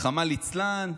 רחמנא ליצלן,